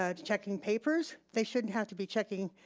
ah checking papers. they shouldn't have to be checking,